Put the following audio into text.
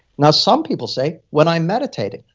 now some people say, when i'm meditating.